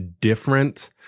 different